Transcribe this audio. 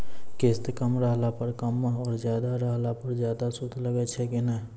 किस्त कम रहला पर कम और ज्यादा रहला पर ज्यादा सूद लागै छै कि नैय?